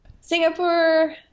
Singapore